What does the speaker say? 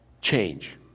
change